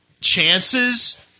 chances